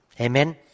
Amen